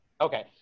Okay